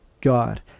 God